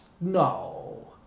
no